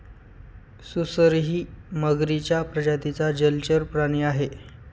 सुसरही मगरीच्या प्रजातीचा जलचर प्राणी आहे